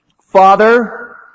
Father